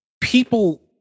people